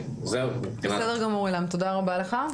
בסדר גמור עילם, תודה רבה לך.